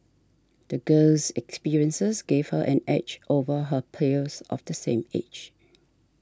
the girl's experiences gave her an edge over her peers of the same age